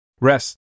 Rest